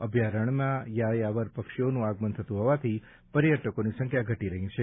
અભ્યારણ્યમાં યાયાવર પક્ષીઓનું આગમન થતું હોવાથી પર્યટકોની સંખ્યા ઘટી રહી છે